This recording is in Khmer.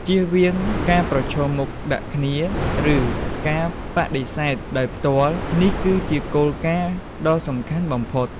ជៀសវាងការប្រឈមមុខដាក់គ្នា ឬការបដិសេធដោយផ្ទាល់ នេះគឺជាគោលការណ៍ដ៏សំខាន់បំផុត។